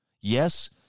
Yes